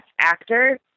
actor